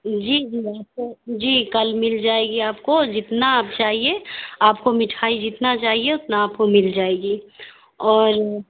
جی جی کل مل جائے گی آپ کو جتنا آپ چاہیے آپ کو مٹھائی جتنا چاہیے اتنا آپ کو مل جائے گی اور